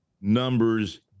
numbers